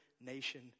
nation